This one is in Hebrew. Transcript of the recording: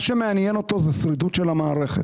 מה שמעניין אותו, זה שרידות של המערכת,